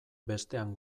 bestean